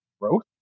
growth